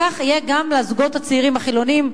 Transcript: כך יהיה גם לזוגות הצעירים החילונים,